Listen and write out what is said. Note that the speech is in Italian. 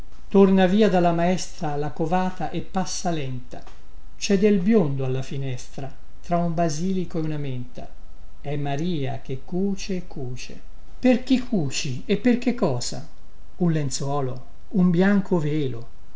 torna via dalla maestra la covata e passa lenta cè del biondo alla finestra tra un basilico e una menta è maria che cuce e cuce per chi cuci e per che cosa un lenzuolo un bianco velo